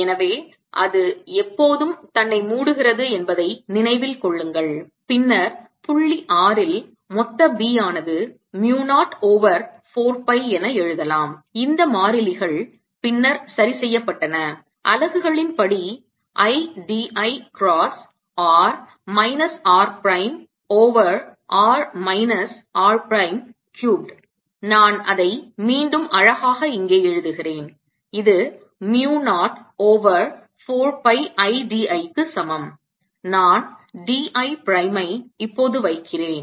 எனவே அது எப்போதும் தன்னை மூடுகிறது என்பதை நினைவில் கொள்ளுங்கள் பின்னர் புள்ளி r ல் மொத்த B ஆனது mu 0 ஓவர் 4 பை என எழுதலாம் இந்த மாறிலிகள் பின்னர் சரி செய்யப்பட்டன அலகுகளின்படி I d I cross r minus r prime over r minus r prime cubed நான் அதை மீண்டும் அழகாக இங்கே எழுதுகிறேன் இது mu 0 over 4 pi I d I க்கு சமம் நான் d I பிரைமை இப்போது வைக்கிறேன்